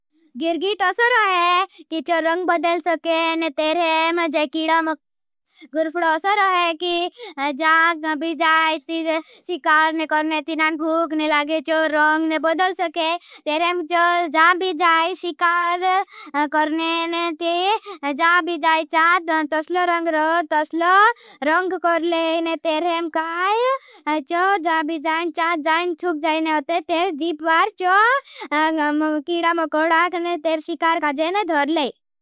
गिर्गीट ओसर हो है कि चो रंग बदल सके। और तेरे में जाए कीड़ा मकुर्फड ओसर हो है। कि जाए भी जाए ती शिकार करने ती नान भूखने लागे चो रंग बदल सके। तेरे में चो जाए भी जाए शिकार करने ती जाए भी जाए। चात तोसलो रंग रो तोसलो रंग कर ले। और तेरे में काई चो जाए भी जाए चात जाए चुप जाए। और तेरे जीप वार चो कीड़ा मकुर्फड। और तेरे शिकार कर जाए और धरले।